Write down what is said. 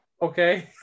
Okay